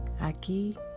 aquí